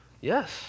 Yes